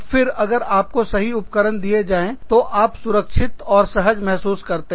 और फिर भी अगर आपको सही उपकरण दिए जाएं तो आप सुरक्षित और सहज महसूस करते हैं